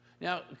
Now